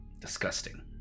Disgusting